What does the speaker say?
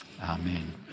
Amen